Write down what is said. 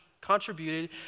contributed